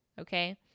okay